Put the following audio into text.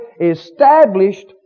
Established